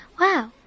Wow